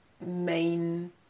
main